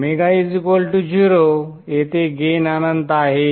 ω 0 येथे गेन अनंत आहे